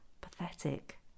Pathetic